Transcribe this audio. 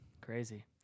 Crazy